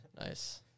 Nice